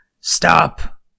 stop